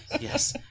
yes